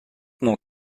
nord